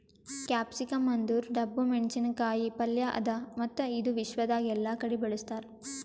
capsicum ಅಂದುರ್ ಡಬ್ಬು ಮೆಣಸಿನ ಕಾಯಿ ಪಲ್ಯ ಅದಾ ಮತ್ತ ಇದು ವಿಶ್ವದಾಗ್ ಎಲ್ಲಾ ಕಡಿ ಬೆಳುಸ್ತಾರ್